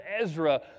Ezra